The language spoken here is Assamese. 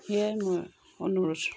সেয়ে মোৰ অনুৰোধ